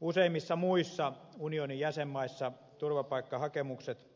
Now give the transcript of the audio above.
useimmissa muissa unionin jäsenmaissa turvapaikkahakemukset